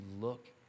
look